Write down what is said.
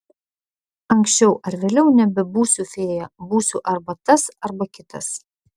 anksčiau ar vėliau nebebūsiu fėja būsiu arba tas arba kitas